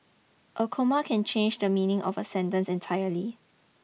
a comma can change the meaning of a sentence entirely